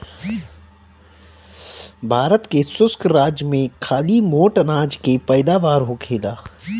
भारत के शुष्क राज में खाली मोट अनाज के पैदावार होखेला